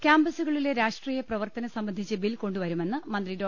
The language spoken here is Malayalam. ക്യാമ്പസുകളിലെ രാഷ്ട്രീയ പ്രവർത്തനം സംബന്ധിച്ച് ബിൽകൊ ണ്ടുവരുമെന്ന് മന്ത്രി ഡോ